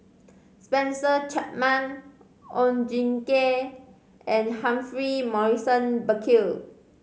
Spencer Chapman Oon Jin Gee and Humphrey Morrison Burkill